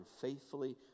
faithfully